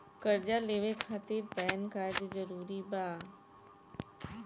कर्जा लेवे खातिर पैन कार्ड जरूरी बा?